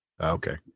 Okay